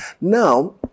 Now